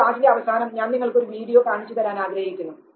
ഈ ക്ളാസിൻറെ അവസാനം ഞാൻ നിങ്ങൾക്ക് ഒരു വീഡിയോ കാണിച്ചുതരാൻ ആഗ്രഹിക്കുന്നു